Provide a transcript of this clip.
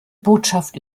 botschaft